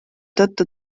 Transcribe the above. tõttu